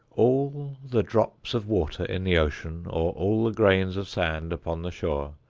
all the drops of water in the ocean, or all the grains of sand upon the shore,